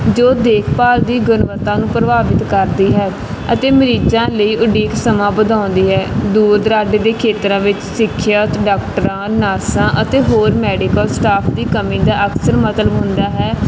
ਜੋ ਦੇਖਭਾਲ ਦੀ ਗੁਣਵੱਤਾ ਨੂੰ ਪ੍ਰਭਾਵਿਤ ਕਰਦੀ ਹੈ ਅਤੇ ਮਰੀਜ਼ਾਂ ਲਈ ਉਡੀਕ ਸਮਾਂ ਵਧਾਉਂਦੀ ਹੈ ਦੂਰ ਦੁਰਾਡੇ ਦੇ ਖੇਤਰਾਂ ਵਿੱਚ ਸਿੱਖਿਅਤ ਡਾਕਟਰਾਂ ਨਰਸਾਂ ਅਤੇ ਹੋਰ ਮੈਡੀਕਲ ਸਟਾਫ ਦੀ ਕਮੀ ਦਾ ਅਕਸਰ ਮਤਲਬ ਹੁੰਦਾ ਹੈ